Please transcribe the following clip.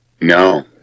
No